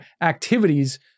activities